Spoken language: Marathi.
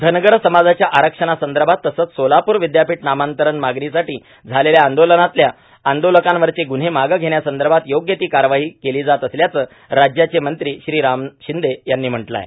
धनगर समाजाच्या आरक्षणासंदर्भात तसंच सोलापूर विद्यापीठ नामांतरण मागणीसाठी झालेल्या आंदोलनातल्या आंदोलकांवरचे ग्रव्हे मागं घेण्यासंदर्भात योग्य ती कार्यवाही केली जात असल्याचं राज्याचे मंत्री श्री राम शिंदे यांनी म्हटलं आहे